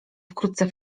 wkrótce